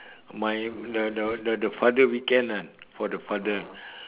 my the the the father weekend ah for the father